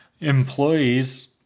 employees